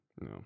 No